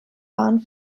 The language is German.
waren